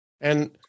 and-